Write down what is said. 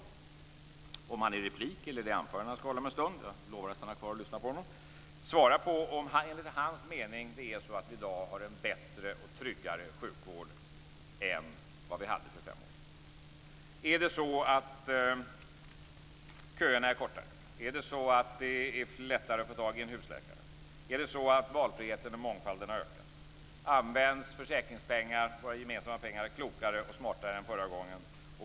Vill han i replik eller i det anförande han ska hålla om en stund - jag lovar att stanna kvar och lyssna på honom - svara på om det enligt hans mening är så att vi i dag har en bättre och tryggare sjukvård än vad vi hade för fem år sedan? Är det så att köerna är kortare? Är det lättare att få tag i en husläkare? Har valfriheten och mångfalden ökat? Används försäkringspengar, våra gemensamma pengar, klokare och smartare än förra gången?